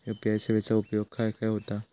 UPI सेवेचा उपयोग खाय खाय होता?